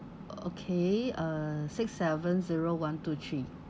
okay uh six seven zero one two three